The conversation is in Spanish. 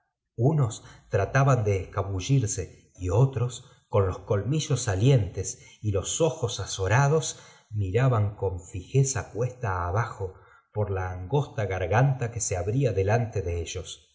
unos trataban de escabuihrse y otros con los colmillos salientes y los ojos azorados miraban con fijeza cuesta abajo por la angosta garganta que se abría delante de ellos